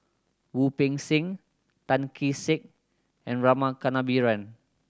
Wu Peng Seng Tan Kee Sek and Rama Kannabiran